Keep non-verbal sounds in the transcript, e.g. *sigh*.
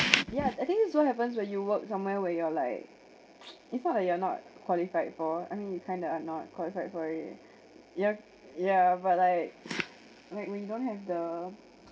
ya I think this is what happens when you work somewhere where you're like *noise* it's not that you're not qualified for I mean you kind of are not qualified for it ya ya but like like we don't have the *noise*